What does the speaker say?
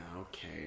okay